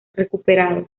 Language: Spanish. recuperados